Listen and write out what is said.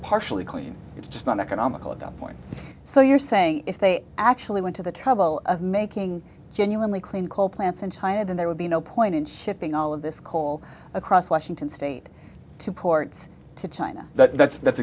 partially clean it's just not economical of that point so you're saying if they actually went to the trouble of making genuinely clean coal plants in china then there would be no point in shipping all of this coal across washington state to ports to china that's that's